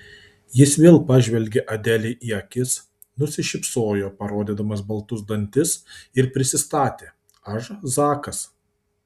jis vėl pažvelgė adelei į akis nusišypsojo parodydamas baltus dantis ir prisistatė aš zakas